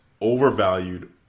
overvalued